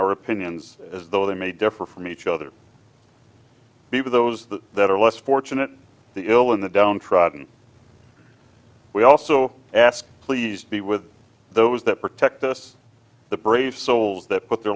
our opinions as though they may differ from each other even those that are less fortunate the ill in the downtrodden we also ask please be with those that protect us the brave souls that put their